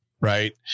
Right